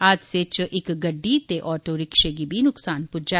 हादसे च इक गड्डी ते आटोरिक्शे गी बी नुक्सान पुज्जा